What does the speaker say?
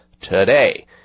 today